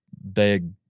beg